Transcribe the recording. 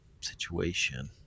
situation